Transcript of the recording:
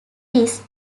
this